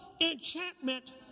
enchantment